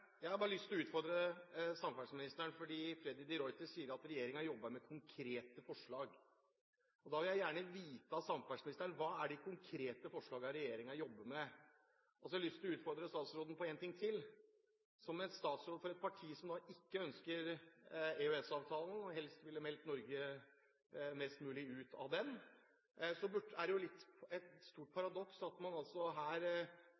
Jeg har bare lyst til å utfordre samferdselsministeren, for Freddy de Ruiter sier at regjeringen jobber med konkrete forslag. Da vil jeg gjerne vite fra samferdselsministeren: Hva er de konkrete forslagene regjeringen jobber med? Og jeg har lyst til å utfordre statsråden på en ting til. Som statsråd fra et parti som ikke ønsker EØS-avtalen, og helst ville meldt Norge mest mulig ut av den, er det et stort paradoks at man her